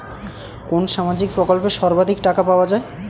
কোন সামাজিক প্রকল্পে সর্বাধিক টাকা পাওয়া য়ায়?